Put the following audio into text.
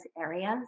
areas